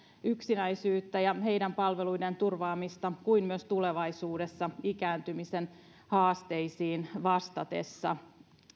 yksinäisyyttä ja heidän palveluidensa turvaamista että myös tulevaisuudessa ikääntymisen haasteisiin vastatessa